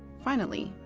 finally,